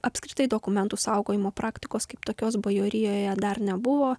apskritai dokumentų saugojimo praktikos kaip tokios bajorijoje dar nebuvo